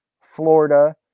Florida